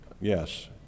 yes